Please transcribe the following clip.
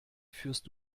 führst